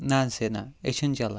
نہ حظ اے نہ یہِ چھِنہٕ چَلان